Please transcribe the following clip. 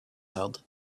held